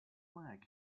flag